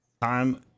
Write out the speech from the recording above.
time